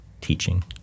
teaching